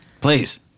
Please